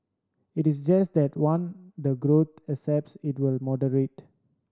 it is just that one the growth accepts it will moderate